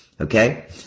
Okay